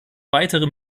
weitere